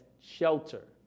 shelter